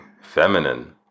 feminine